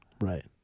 Right